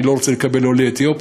אני לא רוצה לקבל עולים מאתיופיה,